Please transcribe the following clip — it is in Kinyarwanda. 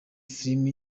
filime